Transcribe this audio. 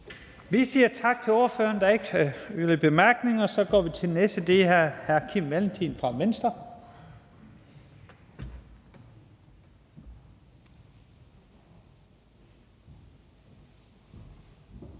Vi siger tak til ordføreren. Der er ikke yderligere korte bemærkninger. Så går vi til den næste, og det er hr. Kim Valentin fra Venstre.